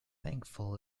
thankful